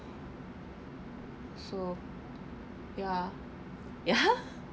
so ya ya